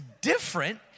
different